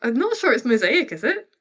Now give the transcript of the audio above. and not sure it's mosaic, is it?